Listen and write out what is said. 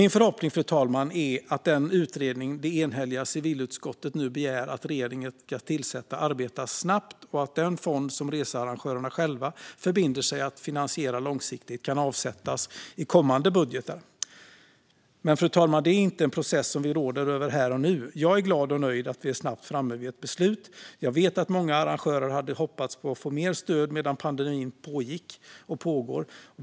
Min förhoppning är att den utredning som det enhälliga civilutskottet nu begär att regeringen ska tillsätta arbetar snabbt och att den fond som researrangörerna själva förbinder sig att finansiera långsiktigt kan avsättas i kommande budgetar. Men det är en process vi inte råder över här och nu, fru talman. Jag är glad och nöjd att vi snabbt är framme vid ett beslut. Jag vet att många arrangörer hade hoppats kunna få mer stöd medan pandemin pågick och pågår.